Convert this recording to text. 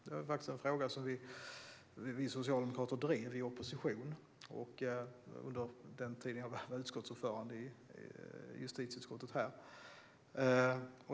Det här är faktiskt en fråga som vi socialdemokrater drev i opposition under den tid då jag var utskottsordförande i justitieutskottet.